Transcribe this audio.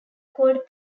called